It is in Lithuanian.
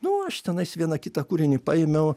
nu aš tenais vieną kitą kūrinį paėmiau